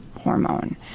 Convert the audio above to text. hormone